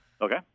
Okay